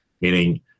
meaning